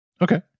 Okay